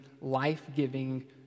life-giving